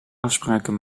afspraken